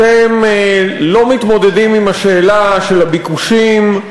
אתם לא מתמודדים עם השאלה של הביקושים,